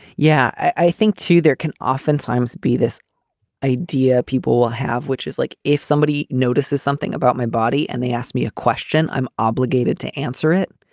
yeah, i think, too, there can oftentimes be this idea people will have, which is like if somebody notices something about my body and they asked me a question, i'm obligated to answer it.